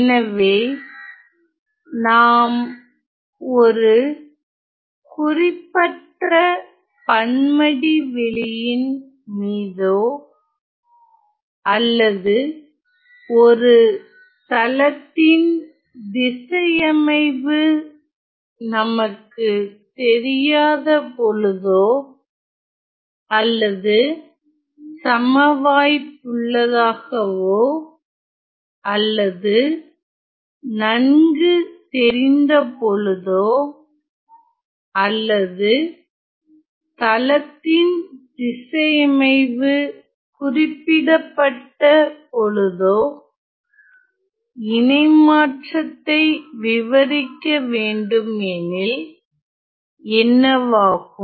எனவே நாம் ஒரு குறிப்பற்ற பன்மடிவெளியின் மீதோ அல்லது ஒரு தளத்தின் திசையமைவு நமக்கு தெரியாதபொழுதோ அல்லது சமவாய்ப்புள்ளதாகவோ அல்லது நன்கு தெரிந்தபொழுதோ அல்லது தளத்தின் திசையமைவு குறிப்பிடப்பட்டபொழுதோ இணைமற்றதை விவரிக்கவேண்டுமெனில் என்னவாகும்